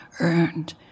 earned